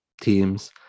teams